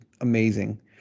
amazing